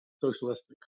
socialistic